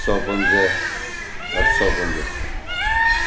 हिकु सौ पंज अठ सौ पंज